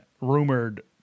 rumored